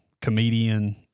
comedian